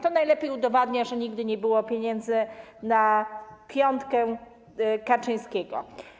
To najlepiej udowadnia, że nigdy nie było pieniędzy na piątkę Kaczyńskiego.